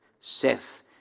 Seth